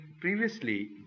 previously